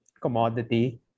commodity